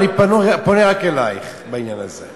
אני פונה רק אלייך בעניין הזה,